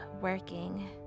working